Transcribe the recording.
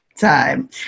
time